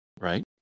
right